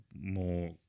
more